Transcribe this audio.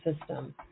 system